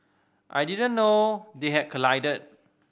I didn't know they had collided